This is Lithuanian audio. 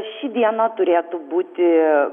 ši diena turėtų būti